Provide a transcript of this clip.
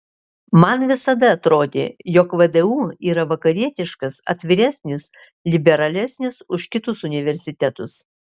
man visada atrodė jog vdu yra vakarietiškas atviresnis liberalesnis už kitus universitetus